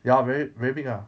ya very very big ah